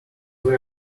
way